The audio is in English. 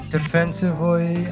Defensively